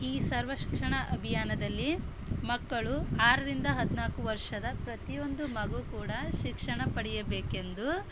ಈ ಸರ್ವ ಶಿಕ್ಷಣ ಅಭಿಯಾನದಲ್ಲಿ ಮಕ್ಕಳು ಆರರಿಂದ ಹದಿನಾಲ್ಕು ವರ್ಷದ ಪ್ರತಿಯೊಂದು ಮಗು ಕೂಡ ಶಿಕ್ಷಣ ಪಡಿಯಬೇಕೆಂದು